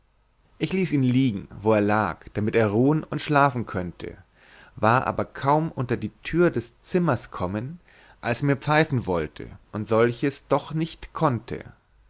ich ließ ihn liegen wo er lag damit er ruhen und schlafen könnte war aber kaum unter die tür des zimmers kommen als er mir pfeifen wollte und solches doch nicht konnte